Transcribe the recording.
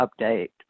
update